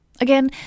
Again